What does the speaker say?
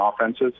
offenses